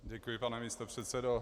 Děkuji, pane místopředsedo.